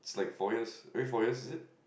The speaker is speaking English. four years every four years is it